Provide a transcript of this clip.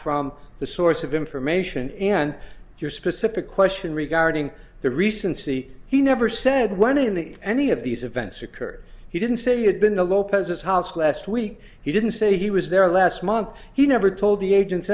from the source of information and your specific question regarding the recency he never said when in the any of these events occur he didn't say he had been the lopez's house last week he didn't say he was there last month he never told the agents